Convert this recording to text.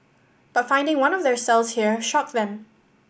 but finding one of their cells here shocked them